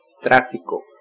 tráfico